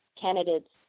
candidates